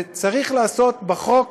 וצריך לעשות בחוק